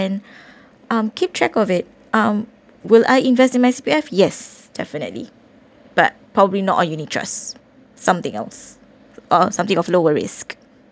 and um keep track of it um will I invest on my C_P_F yes definitely but probably not on unit trust something else uh something of lower risk